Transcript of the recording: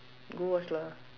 go watch lah